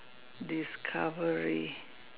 discovery